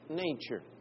nature